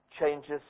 changes